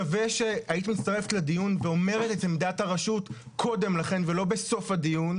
שווה שהיית מצטרפת לדיון ואומרת את עמדת הרשות קודם לכן ולא בסוף הדיון,